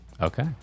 Okay